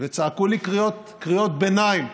וצעקו לי קריאות ביניים,